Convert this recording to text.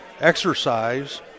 exercise